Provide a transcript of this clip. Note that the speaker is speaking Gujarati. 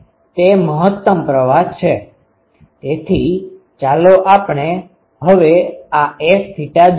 તે મહત્તમ પ્રવાહ છે તેથી ચાલો હવે આ Fθ જોઈએ